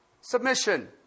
submission